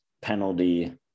penalty